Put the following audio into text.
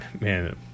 Man